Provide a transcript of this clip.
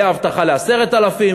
הייתה הבטחה ל-10,000,